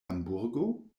hamburgo